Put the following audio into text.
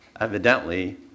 evidently